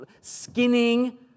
skinning